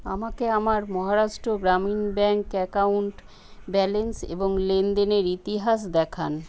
আমাকে আমার Maharashtra Gramin bank account balance এবং লেনদেনের ইতিহাস দেখান